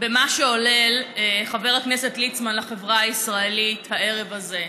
במה שעולל חבר הכנסת ליצמן לחברה הישראלית הערב הזה,